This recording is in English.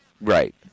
Right